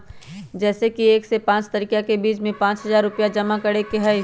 जैसे कि एक से पाँच तारीक के बीज में पाँच हजार रुपया जमा करेके ही हैई?